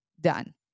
done